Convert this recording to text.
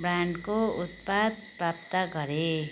ब्रान्डको उत्पाद प्राप्त गरेँ